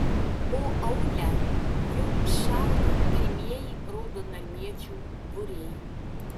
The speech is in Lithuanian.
o aūle jau šaudė pirmieji raudonarmiečių būriai